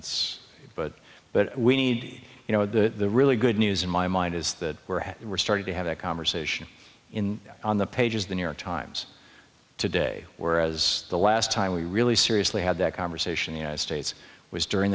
at's but but we need you know the really good news in my mind is that we're at we're starting to have a conversation in on the pages of the new york times today whereas the last time we really seriously had that conversation the united states was during